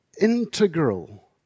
integral